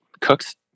cooks